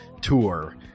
tour